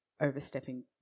overstepping